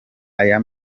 aya